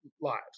lives